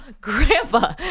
Grandpa